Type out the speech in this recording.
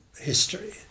history